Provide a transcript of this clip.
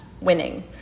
winning